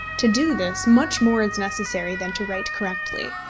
to do this, much more is necessary than to write correctly.